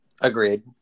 Agreed